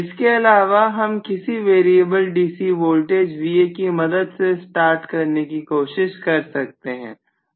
इसके अलावा हम किसी वेरिएबल डीसी वोल्टेज Va की मदद से स्टार्ट करने की कोशिश कर सकते हैं